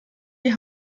die